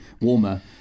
warmer